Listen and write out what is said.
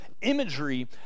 imagery